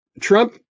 Trump